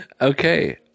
Okay